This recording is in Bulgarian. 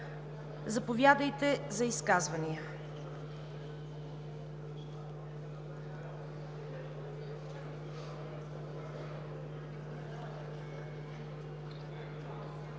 заповядайте за изказване.